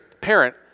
parent